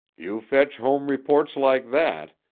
you fetch home reports like that,